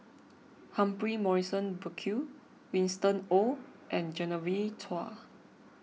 Humphrey Morrison Burkill Winston Oh and Genevieve Chua